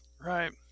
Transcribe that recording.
Right